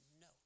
no